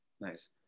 Nice